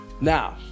Now